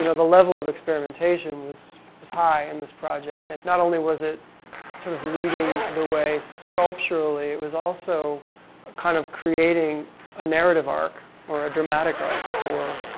you know the level of experimentation was, was high in this project and not only was it sort of leading the way sculpturally, it was also a kind of creating a narrative arc or a dramatic arc for,